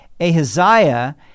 Ahaziah